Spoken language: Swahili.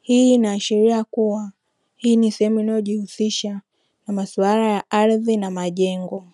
hii inaashiria kuwa hii ni sehemu inayojihusisha na masuala ya ardhi na majengo.